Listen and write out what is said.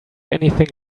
anything